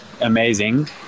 amazing